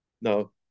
no